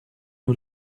nur